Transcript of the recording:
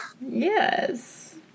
yes